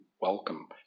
welcome